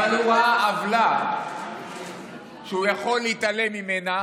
אבל הוא ראה עוולה שהוא לא יכול להתעלם ממנה.